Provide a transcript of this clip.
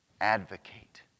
advocate